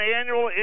annual